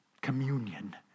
communion